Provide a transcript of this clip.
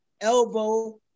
elbow